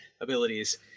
abilities